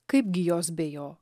kaipgi jos be jo